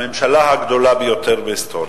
הממשלה הגדולה ביותר בהיסטוריה,